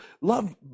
Love